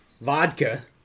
vodka